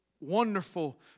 wonderful